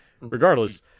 regardless